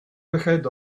ahead